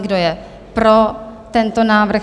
Kdo je pro tento návrh?